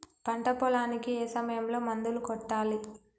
పంట పొలానికి ఏ సమయంలో మందులు కొట్టాలి?